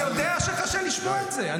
אני יודע שקשה לשמוע את זה.